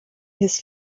his